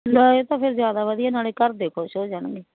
ਲੈ ਇਹ ਤਾਂ ਫਿਰ ਜ਼ਿਆਦਾ ਵਧੀਆ ਨਾਲ ਘਰ ਦੇ ਖੁਸ਼ ਹੋ ਜਾਣਗੇ